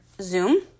Zoom